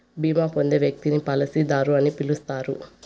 బీమా పొందే వ్యక్తిని పాలసీదారు అని పిలుస్తారు